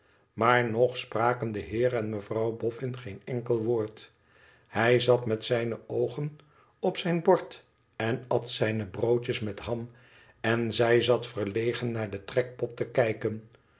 maar nog spraken de heer en mevrouw boffin geen enkel woord hij zat met zijne oogen op zijn bord en at zijne broodjes met ham en zij zat verlegen naar den trekpot te kijken